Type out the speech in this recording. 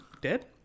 Dead